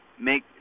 make